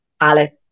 Alex